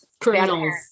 criminals